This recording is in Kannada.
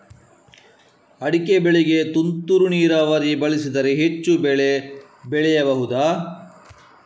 ಅಡಿಕೆ ಬೆಳೆಗೆ ತುಂತುರು ನೀರಾವರಿ ಬಳಸಿದರೆ ಹೆಚ್ಚು ಬೆಳೆ ಬೆಳೆಯಬಹುದಾ?